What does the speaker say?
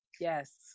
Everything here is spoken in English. Yes